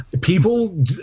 People